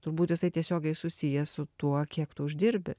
turbūt jisai tiesiogiai susijęs su tuo kiek tu uždirbi